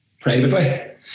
privately